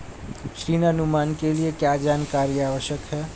ऋण अनुमान के लिए क्या जानकारी आवश्यक है?